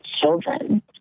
children